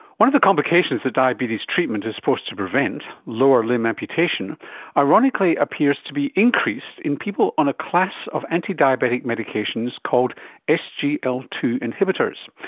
one of the complications that diabetes treatment is supposed to prevent lower limb amputation ironically appears to be increased in people on a class of antidiabetic medications called s g l t two inhibitors.